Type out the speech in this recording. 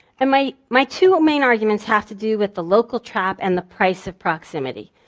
and my my two main arguments have to do with the local trap and the price of proximity.